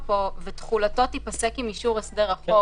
פה "ותחולתו תיפסק עם אישור הסדר החוב".